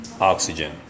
oxygen